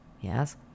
Yes